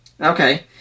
Okay